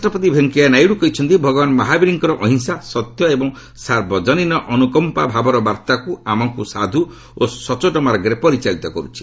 ଉପରାଷ୍ଟ୍ରପତି ଭେଙ୍କିୟା ନାଇଡୁ କହିଛନ୍ତି ଭଗବାନ ମହାବୀରଙ୍କର ଅହିଂସା ସତ୍ୟ ଏବଂ ସାର୍ବଜନୀନ ଅନୁକମ୍ପା ଭାବର ବାର୍ତ୍ତା ଆମକୁ ସାଧୁ ଓ ସଚ୍ଚୋଟ ମାର୍ଗରେ ପରିଚାଳିତ କରୁଛି